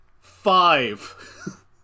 Five